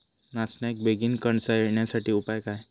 नाचण्याक बेगीन कणसा येण्यासाठी उपाय काय?